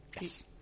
Yes